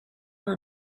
were